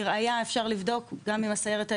לראייה אפשר לבדוק גם עם הסיירת הירוקה,